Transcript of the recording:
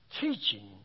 teaching